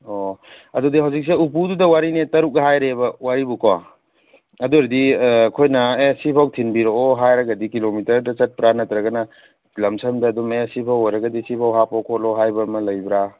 ꯑꯣ ꯑꯗꯨꯗꯤ ꯍꯧꯖꯤꯛꯁꯦ ꯎꯄꯨꯗꯨꯗ ꯋꯥꯔꯤꯅꯦ ꯇꯔꯨꯛ ꯍꯥꯏꯔꯦꯕ ꯋꯥꯔꯤꯕꯣꯀꯣ ꯑꯗꯨ ꯑꯣꯏꯔꯗꯤ ꯑꯩꯈꯣꯏꯅ ꯑꯦ ꯁꯤꯐꯥꯎ ꯊꯤꯟꯕꯤꯔꯛꯑꯣ ꯍꯥꯏꯔꯒꯗꯤ ꯀꯤꯂꯣꯃꯤꯇꯔꯗ ꯆꯠꯄ꯭ꯔ ꯅꯠꯇ꯭ꯔꯒꯅ ꯂꯝꯁꯝꯗ ꯑꯗꯨꯝ ꯑꯦ ꯁꯤꯐꯥꯎ ꯑꯣꯏꯔꯒꯗꯤ ꯁꯤꯐꯥꯎ ꯍꯥꯞꯄꯣ ꯈꯣꯠꯂꯣ ꯍꯥꯏꯕ ꯑꯃ ꯂꯩꯕ꯭ꯔꯥ